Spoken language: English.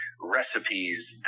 recipes